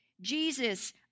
Jesus